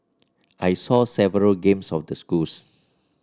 I saw several games of the schools